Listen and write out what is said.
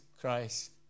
Christ